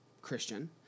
Christian